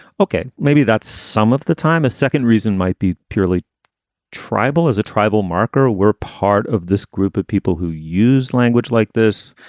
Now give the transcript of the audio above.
okay. maybe that's some of the time. a second reason might be purely tribal as a tribal marker. we're part of this group of people who use language like this.